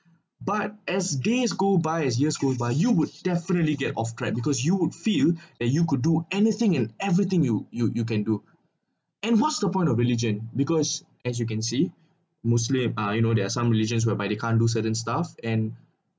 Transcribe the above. but as days go by as years go by you would definitely get off track because you would feel and you could do anything and everything you you you can do and what's the point of religion because as you can see muslim uh you know there are some religions whereby they can't do certain stuff and